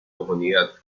comunidad